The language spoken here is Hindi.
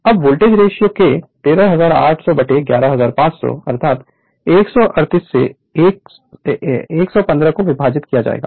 अब वोल्टेज रेशियो K 1380011500 138 से 115 को विभाजित किया जाएगा